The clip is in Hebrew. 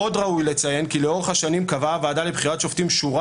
עוד ראוי לציין כי לאורך השנים קבעה הוועדה לבחירת שופטים שורה